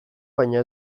baina